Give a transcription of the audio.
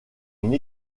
une